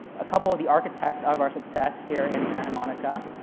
a couple of the architects of our success here in santa monica.